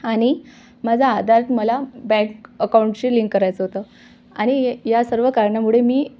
आणि माझा आधार मला बँक अकाऊंटशी लिंक करायचं होतं आणि या सर्व कारणामुळे मी